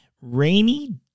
rainy